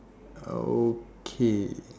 okay